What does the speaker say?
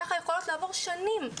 וכך יכולות לעבור שנים.